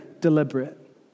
deliberate